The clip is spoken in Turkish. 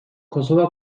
kosova